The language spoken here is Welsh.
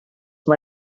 mae